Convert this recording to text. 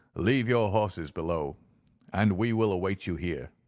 leave your horses below and we will await you here,